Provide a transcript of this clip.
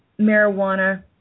marijuana